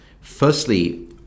Firstly